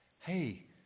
Hey